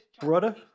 Brother